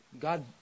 God